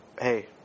Hey